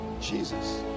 Jesus